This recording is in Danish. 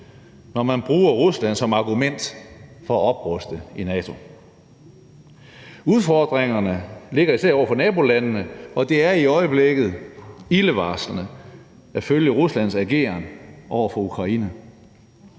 når man bruger Rusland som argument for at opruste i NATO. Udfordringerne er der især over for nabolandene, og det er i øjeblikket ildevarslende at følge Ruslands ageren over for Ukraine.